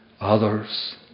Others